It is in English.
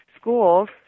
schools